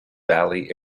valley